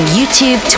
YouTube